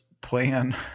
plan